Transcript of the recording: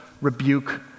rebuke